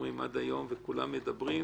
עד היום וכולם מדברים,